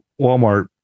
Walmart